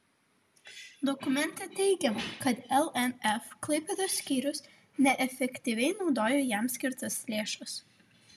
dokumente teigiama kad lnf klaipėdos skyrius neefektyviai naudojo jam skirtas lėšas